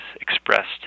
expressed